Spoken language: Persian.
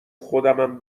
خودمم